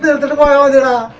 the wild and